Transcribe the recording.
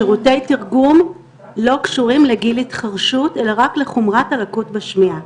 שירותי תרגום לא קשורים לגיל התחרשות אלא רק לחומרת הלקות בשמיעה.